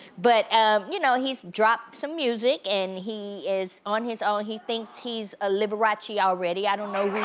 but ah you know he's dropped some music, and he is on his own. he thinks he's a liberace already. i don't know, we.